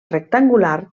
rectangular